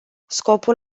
scopul